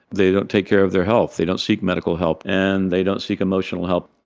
they don't take care of their health, they don't seek medical help, and they don't seek emotional help.